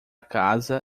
casa